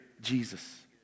Jesus